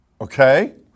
Okay